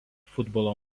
futbolo